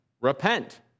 Repent